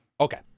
Okay